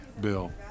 bill